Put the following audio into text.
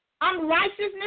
unrighteousness